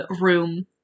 room